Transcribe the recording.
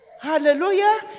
Hallelujah